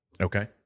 okay